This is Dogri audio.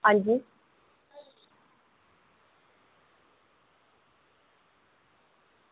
आं जी